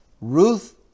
Ruth